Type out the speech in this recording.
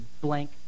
blank